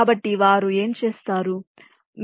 కాబట్టి వారు ఏమి చేస్తారు